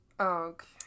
Okay